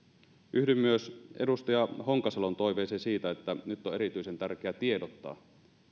yhdyn myös edustaja honkasalon toiveeseen siitä että nyt on erityisen tärkeää tiedottaa